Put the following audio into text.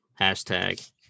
Hashtag